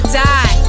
die